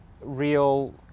real